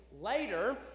later